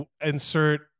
insert